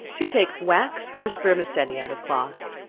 to take wax or spermaceti out of cloth.